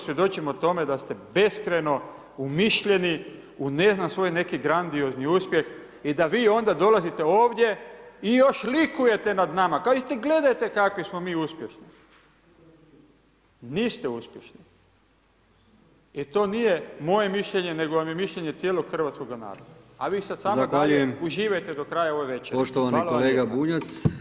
Svjedočimo tome da ste beskrajno umišljeni u ne znam svoj neki grandiozni uspjeh i da vi onda dolazite ovdje i još likujete nad nama, kažete gledajte kakvi smo mi uspješni. niste uspješni i to vam nije moje mišljenje, nego vam je mišljenje cijeloga hrvatskoga naroda [[Upadica: Zahvaljujem]] a vi sada samo uživajte do kraja ove večeri [[Upadica: Poštovani kolega Bunjac]] Hvala lijepo.